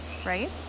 right